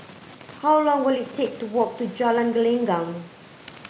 how long will it take to walk to Jalan Gelenggang